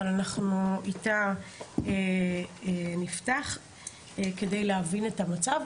אבל אנחנו איתה נפתח כדי להבין את המצב.